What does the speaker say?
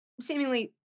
seemingly